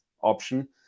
option